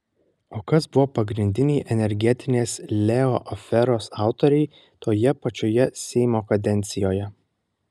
o kas buvo pagrindiniai energetinės leo aferos autoriai toje pačioje seimo kadencijoje